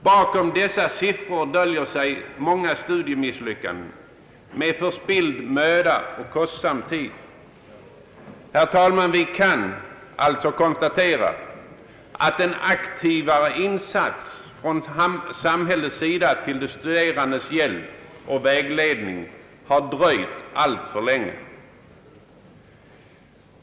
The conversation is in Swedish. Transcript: Bakom dessa siffror döljer sig många studiemisslyckanden med förspilld möda och kostsam tid. Herr talman! Vi kan alltså konstatera att en aktivare insats från samhällets sida till de studerandes hjälp och vägledning har dröjt alltför länge.